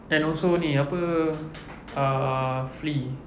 and also ini apa uh flee